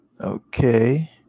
Okay